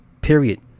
Period